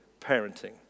parenting